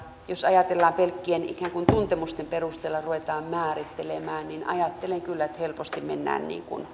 jos ajatellaan että pelkkien ikään kuin tuntemusten perusteella ruvetaan määrittelemään niin ajattelen kyllä että helposti mennään